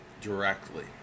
directly